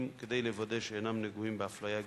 כדי לוודא שאינם נגועים באפליה גזעית,